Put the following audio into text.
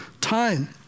time